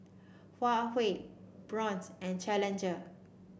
Huawei Braun and Challenger